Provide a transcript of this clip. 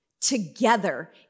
together